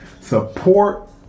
support